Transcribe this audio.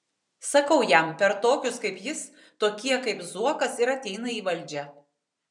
sakau jam per tokius kaip jis tokie kaip zuokas ir ateina į valdžią